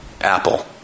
Apple